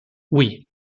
oui